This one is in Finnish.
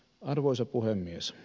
arvoisa puhemies